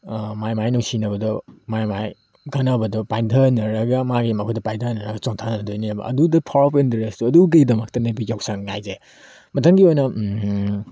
ꯃꯥꯏꯒꯤ ꯃꯥꯏꯒꯤ ꯅꯨꯡꯁꯤꯅꯕꯗ ꯃꯥꯏꯒꯤ ꯃꯥꯏꯒꯤ ꯈꯪꯅꯕꯗꯣ ꯄꯥꯏꯊꯅꯔꯒ ꯃꯥꯒꯤ ꯃꯈꯨꯠꯇ ꯄꯥꯏꯊꯅꯔꯒ ꯆꯣꯡꯊꯅꯗꯣꯏꯅꯦꯕ ꯑꯗꯨꯗ ꯐꯥꯎꯔꯛꯄ ꯏꯟꯇꯔꯦꯁꯇꯣ ꯑꯗꯨꯒꯤꯗꯃꯛꯇꯅꯦꯕ ꯌꯥꯎꯁꯪ ꯍꯥꯎꯁꯦ ꯃꯊꯪꯒꯤ ꯑꯣꯏꯅ